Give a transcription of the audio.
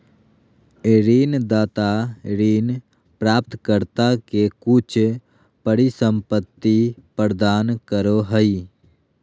ऋणदाता ऋण प्राप्तकर्ता के कुछ परिसंपत्ति प्रदान करो हइ